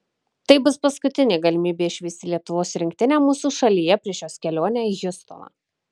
tai bus paskutinė galimybė išvysti lietuvos rinktinę mūsų šalyje prieš jos kelionę į hjustoną